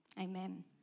amen